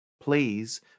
please